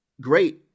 great